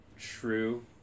true